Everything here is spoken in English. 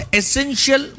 essential